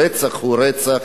רצח הוא רצח,